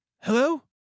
hello